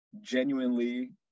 genuinely